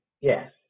yes